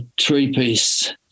three-piece